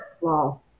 wow